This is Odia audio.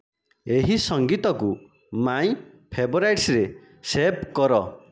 ଏହି ସଙ୍ଗୀତକୁ ମାଇଁ ଫେଭରାଇଟ୍ସ୍ରେ ସେଭ୍ କର